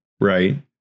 right